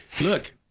look